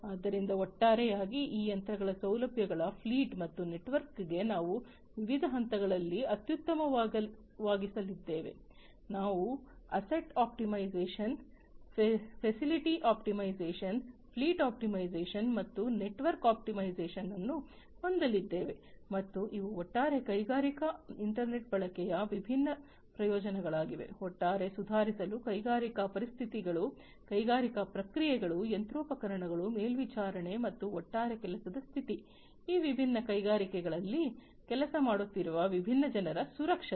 ಆದ್ದರಿಂದ ಒಟ್ಟಾರೆಯಾಗಿ ಈ ಯಂತ್ರಗಳ ಸೌಲಭ್ಯಗಳ ಫ್ಲೀಟ್ ಮತ್ತು ನೆಟ್ವರ್ಕ್ಗೆ ನಾವು ವಿವಿಧ ಹಂತಗಳಲ್ಲಿ ಅತ್ಯುತ್ತಮವಾಗಿಸಲಿದ್ದೇವೆ ನಾವು asset optimisation facility optimisation fleet optimisation ಮತ್ತು ನೆಟ್ವರ್ಕ್ ಆಪ್ಟಿಮೈಸೇಶನ್ ಅನ್ನು ಹೊಂದಲಿದ್ದೇವೆ ಮತ್ತು ಇವು ಒಟ್ಟಾರೆ ಕೈಗಾರಿಕಾ ಇಂಟರ್ನೆಟ್ ಬಳಕೆಯ ವಿಭಿನ್ನ ಪ್ರಯೋಜನಗಳಾಗಿವೆ ಒಟ್ಟಾರೆ ಸುಧಾರಿಸಲು ಕೈಗಾರಿಕಾ ಪರಿಸ್ಥಿತಿಗಳು ಕೈಗಾರಿಕಾ ಪ್ರಕ್ರಿಯೆಗಳು ಯಂತ್ರೋಪಕರಣಗಳು ಮೇಲ್ವಿಚಾರಣೆ ಮತ್ತು ಒಟ್ಟಾರೆ ಕೆಲಸದ ಸ್ಥಿತಿ ಈ ವಿಭಿನ್ನ ಕೈಗಾರಿಕೆಗಳಲ್ಲಿ ಕೆಲಸ ಮಾಡುತ್ತಿರುವ ವಿಭಿನ್ನ ಜನರ ಸುರಕ್ಷತೆ